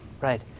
Right